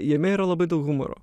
jame yra labai daug humoro